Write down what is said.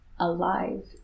alive